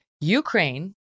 Ukraine